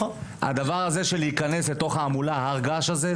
הדבר הכי מסוכן הוא להיכנס להר הגעש הזה.